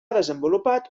desenvolupat